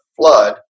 flood